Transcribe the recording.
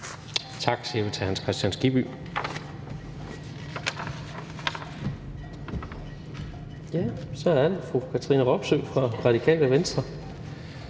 Tak siger vi til hr. Hans Kristian Skibby. Så er det fru Katrine Robsøe fra Radikale Venstre.